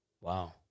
Wow